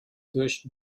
durch